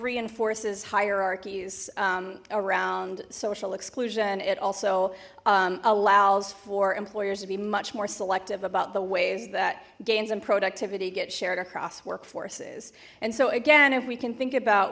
reinforces hierarchies around social exclusion it also allows for employers to be much more selective about the ways that gains and productivity gets shared across workforces and so again if we can think about